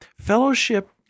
Fellowship